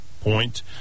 point